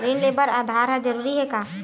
ऋण ले बर आधार ह जरूरी हे का?